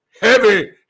heavy